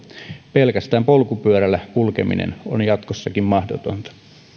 pelkästään polkupyörällä kulkeminen on jatkossakin mahdotonta